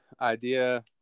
idea